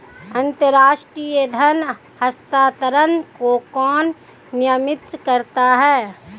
अंतर्राष्ट्रीय धन हस्तांतरण को कौन नियंत्रित करता है?